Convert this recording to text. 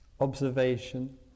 observation